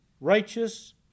righteous